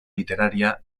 literaria